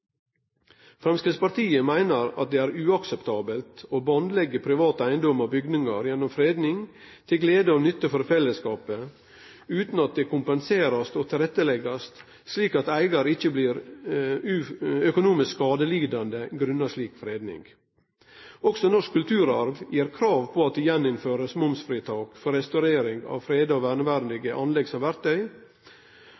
Framstegspartiet meiner at det er uakseptabelt å bandleggje privat eigedom og bygningar gjennom freding til glede og nytte for fellesskapet, utan at det blir kompensert og lagt til rette slik at eigaren ikkje blir økonomisk skadelidande grunna slik freding. Også Norsk Kulturarv gjer krav på at det blir gjeninnført momsfritak for restaurering av freda og